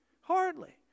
hardly